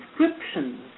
descriptions